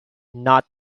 not